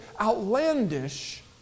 outlandish